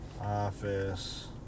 office